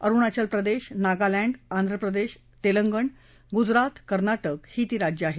अरुणाचलप्रदेश नागालँड आंध्रप्रदेश तेलगण गुजरात कर्नाटक ही ती राज्य आहेत